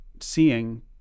seeing